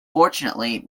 fortunately